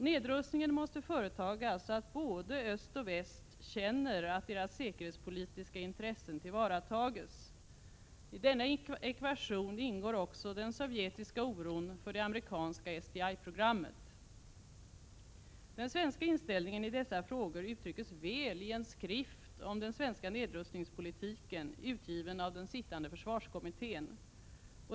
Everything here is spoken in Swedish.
Nedrustningen måste företas så att både öst och väst känner att deras säkerhetspolitiska intressen tillvaratas. I denna ekvation ingår också den sovjetiska oron för det amerikanska SDI-programmet. Den svenska inställningen i dessa frågor uttrycks väl i en skrift om den svenska nedrustningspolitiken utgiven av den sittande försvarskommittén.